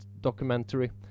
documentary